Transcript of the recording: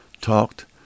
talked